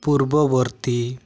ପୂର୍ବବର୍ତ୍ତୀ